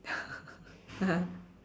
(uh huh)